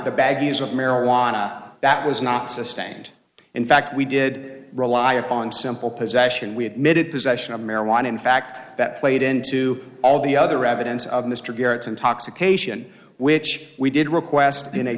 the bag the use of marijuana that was not sustained in fact we did rely upon simple possession we admitted possession of marijuana in fact that played into all the other evidence of mr garrett's intoxication which we did request in a